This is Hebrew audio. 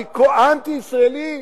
אנטי-ישראלי.